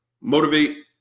motivate